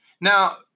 Now